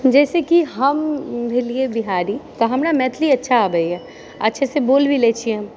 जैसे कि हम भेलियै बिहारी तऽ हमरा मैथिली अच्छा आबैए अच्छा से बोल भी लै छियै